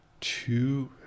two